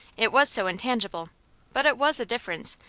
it was so intangible but it was a difference,